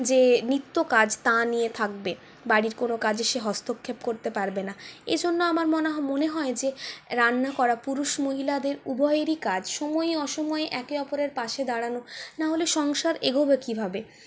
যে নিত্যকাজ তা নিয়ে থাকবে বাড়ির কোনো কাজে সে হস্তক্ষেপ করতে পারবে না এ জন্য আমার মনা মনে হয় যে রান্না করা পুরুষ মহিলাদের উভয়েরই কাজ সময়ে অসময়ে একে অপরের পাশে দাঁড়ানো না হলে সংসার এগোবে কীভাবে